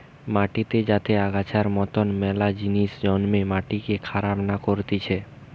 মাটিতে যাতে আগাছার মতন মেলা জিনিস জন্মে মাটিকে খারাপ না করতিছে